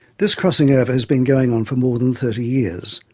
this crossing-over has been going on for more than thirty years,